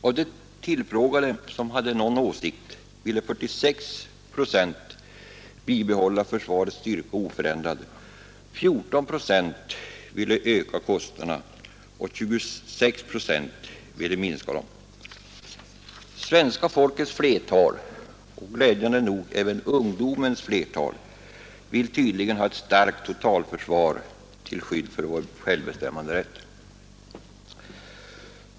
Av de tillfrågade, som hade någon åsikt, ville 46 procent bibehålla försvarets styrka oförändrad, 14 procent ville öka kostnaderna, och 26 procent ville minska dem. Svenska folkets flertal, och glädjande nog även ungdomens flertal, vill tydligen ha ett starkt totalförsvar till skydd för vår självbestämmanderätt.